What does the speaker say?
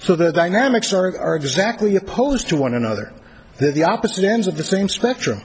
so the dynamics are exactly opposed to one another that the opposite ends of the same spectrum